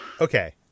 okay